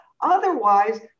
Otherwise